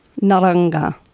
Naranga